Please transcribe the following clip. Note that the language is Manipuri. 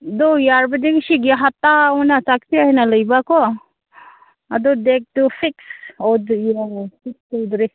ꯑꯗꯨ ꯌꯥꯔꯕꯗꯤ ꯉꯁꯤꯒꯤ ꯍꯞꯇꯥꯥ ꯑꯣꯏꯅ ꯇꯥꯛꯄꯤꯌꯣ ꯍꯥꯏꯅ ꯂꯩꯕꯀꯣ ꯑꯗꯨ ꯗꯦꯠꯇꯨ ꯐꯤꯛꯁ ꯐꯤꯛꯁ ꯁꯨꯗ꯭ꯔꯤ